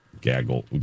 Gaggle